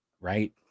right